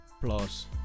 plus